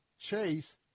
chase